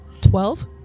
Twelve